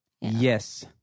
Yes